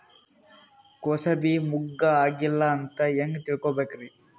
ಕೂಸಬಿ ಮುಗ್ಗ ಆಗಿಲ್ಲಾ ಅಂತ ಹೆಂಗ್ ತಿಳಕೋಬೇಕ್ರಿ?